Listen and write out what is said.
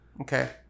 okay